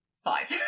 Five